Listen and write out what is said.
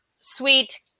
sweet